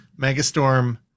Megastorm